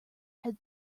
had